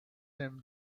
him